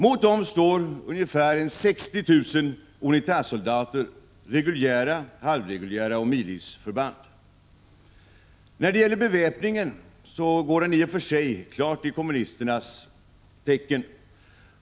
Mot dem står ungefär 60 000 UNITA soldater — reguljära och halvreguljära förband samt milisförband. Beväpningen går i och för sig klart i kommunisternas tecken.